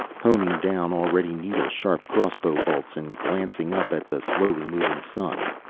honing down already needle-sharp crossbow bolts, and glancing up at the slowly moving sun.